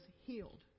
healed